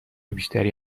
بیشتری